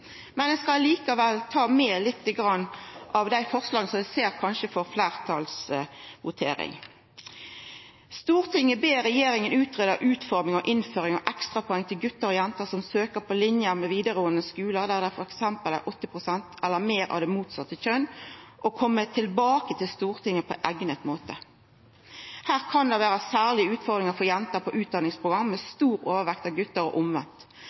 som eg ser kanskje får fleirtal ved voteringa: «Stortinget ber regjeringen utrede utforming og innføring av ekstrapoeng til gutter og jenter som søker på linjer på videregående skoler der det er for eksempel 80 prosent eller mer av det motsatte kjønn, og komme tilbake til Stortinget på egnet måte.» Her kan det vera særlege utfordringar for jenter på utdanningsprogram med stor overvekt av gutar, og